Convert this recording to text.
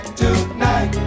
tonight